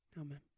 Amen